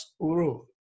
uru